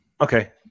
Okay